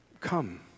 come